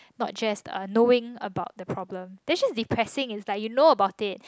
not just uh knowing about the problem that's just depressing is like you know about it